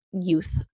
youth